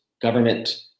government